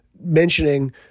mentioning